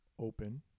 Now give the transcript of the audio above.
open